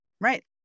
Right